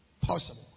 possible